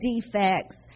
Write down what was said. defects